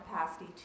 capacity